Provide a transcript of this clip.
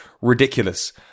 ridiculous